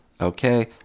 Okay